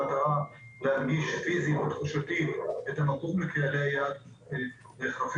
במטרה להנגיש פיסית ותחושתית את המקום לקהלי יעד רחבים.